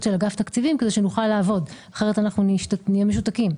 של אגף תקציבים כדי שנוכל לעבוד כי אחרת נהיה משותקים.